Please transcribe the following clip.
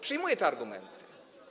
Przyjmuję te argumenty.